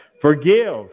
Forgive